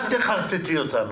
אל תחרטטי אותנו.